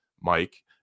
Mike